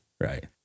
Right